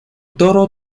toro